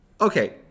Okay